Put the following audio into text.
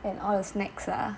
and all the snacks lah